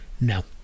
no